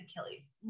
Achilles